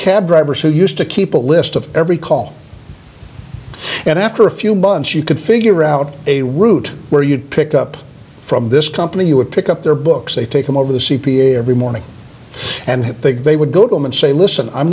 cab drivers who used to keep a list of every call and after a few months you could figure out a route where you'd pick up from this company you would pick up their books they take them over the c p a every morning and they would go to him and say listen i'm